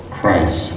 Christ